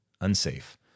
unsafe